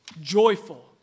joyful